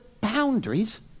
boundaries